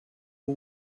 who